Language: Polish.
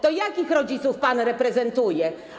To jakich rodziców pan reprezentuje?